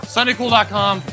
Sundaycool.com